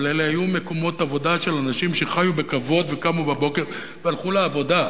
אבל אלה היו מקומות עבודה של אנשים שחיו בכבוד וקמו בבוקר והלכו לעבודה.